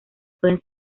pueden